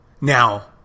Now